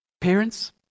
parents